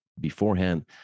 beforehand